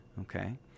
okay